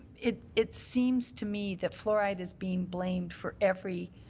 it it seems to me that fluoride is being blamed for every